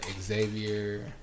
Xavier